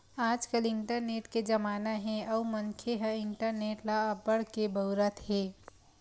आजकाल इंटरनेट के जमाना हे अउ मनखे ह इंटरनेट ल अब्बड़ के बउरत हे